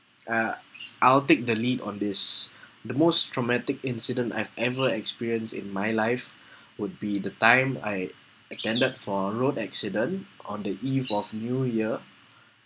uh I'll take the lead on this the most traumatic incident I've ever experienced in my life would be the time I attended for a road accident on the eve of new year